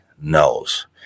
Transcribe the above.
knows